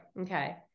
okay